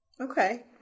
Okay